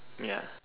ya